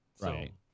Right